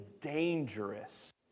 dangerous